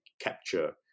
capture